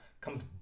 comes